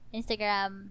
Instagram